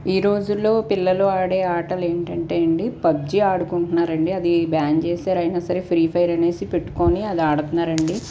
ఈ రోజుల్లో పిల్లలు ఆడే ఆటలు ఏంటంటే అండి పబ్జీ ఆడుకుంటున్నారండి అది బ్యాన్ చేశారు అయినా సరే ఫ్రీఫైర్ అనేసి పెట్టుకొని అది ఆడుతున్నారండి